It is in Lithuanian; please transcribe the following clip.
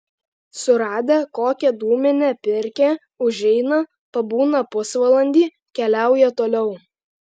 suradę kokią dūminę pirkią užeina pabūna pusvalandį keliauja toliau